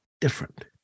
different